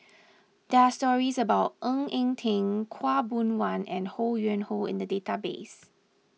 there are stories about Ng Eng Teng Khaw Boon Wan and Ho Yuen Hoe in the database